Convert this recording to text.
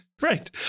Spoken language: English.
Right